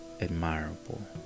admirable